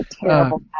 Terrible